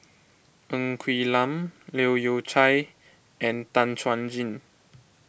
Ng Quee Lam Leu Yew Chye and Tan Chuan Jin